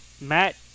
Matt